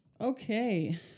okay